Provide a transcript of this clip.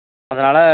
சரிங்க சார்